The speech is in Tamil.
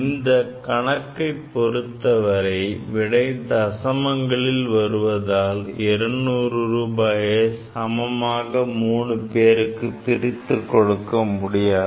இந்த கணக்கை பொருத்தவரை விடை தசமங்களில் வருவதால் 200 ரூபாயை சமமாக 3 பேருக்கு பிரித்துக் கொடுக்க முடியாது